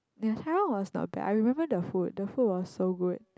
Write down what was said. Taiwan was not bad I remember the food the food was so good